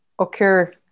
occur